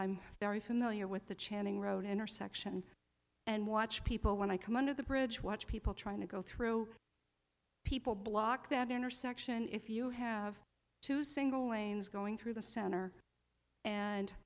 i'm very familiar with the channing road intersection and watch people when i come under the bridge watch people trying to go through people block that intersection if you have two single lanes going through the center and